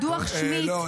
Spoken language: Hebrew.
היה דוח שמיד --- לא,